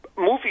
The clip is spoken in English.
movie